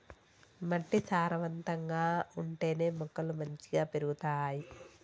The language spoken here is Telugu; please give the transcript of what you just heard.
మట్టి సారవంతంగా ఉంటేనే మొక్కలు మంచిగ పెరుగుతాయి